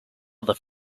other